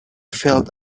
felt